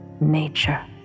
Nature